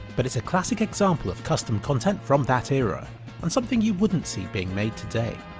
but it's a classic example of custom content from that era and something you wouldn't see being made today.